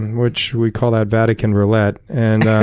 and which, we call that vatican roulette. and